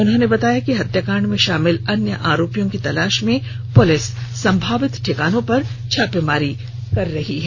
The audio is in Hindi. उन्होंने बताया कि इस हत्याकांड में शामिल अन्य आरोपियों की तलाश में पुलिस संभावित ठिकानों पर छापेमारी कर रही है